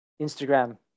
Instagram